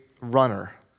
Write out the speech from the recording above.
runner